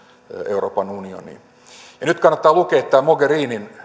euroopan unioniin nyt kannattaa lukea tämä mogherinin